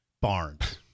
Barnes